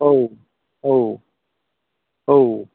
औ औ औ